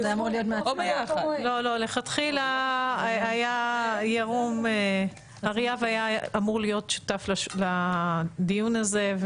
מלכתחילה היה ירום אמור להיות שותף לדיון הזה,